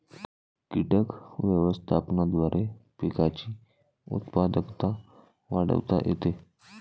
कीटक व्यवस्थापनाद्वारे पिकांची उत्पादकता वाढवता येते